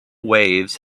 waves